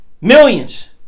Millions